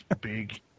big